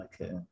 Okay